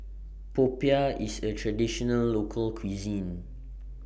Popiah IS A Traditional Local Cuisine